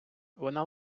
вона